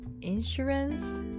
insurance